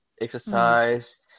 exercise